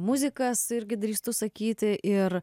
muzikas irgi drįstu sakyti ir